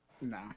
No